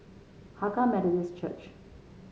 Hakka Methodist Church